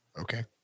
Okay